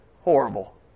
horrible